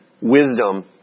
wisdom